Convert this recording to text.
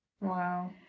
Wow